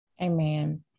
Amen